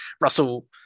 Russell